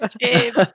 James